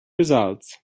results